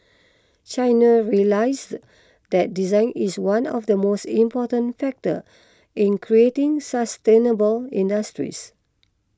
China realises that design is one of the most important factors in creating sustainable industries